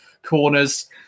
Corners